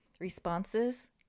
responses